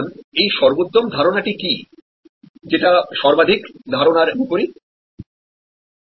এখন এই সর্বোত্তম ধারণাটি কি যেটা সর্বাধিক ধারণার বিপরীত